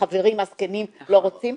החברים הזקנים לא רוצים.